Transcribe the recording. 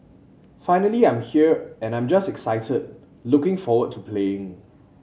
finally I'm here and I'm just excited looking forward to playing